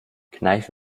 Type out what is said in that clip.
kneif